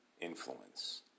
influence